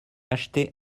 acheté